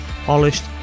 polished